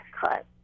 cut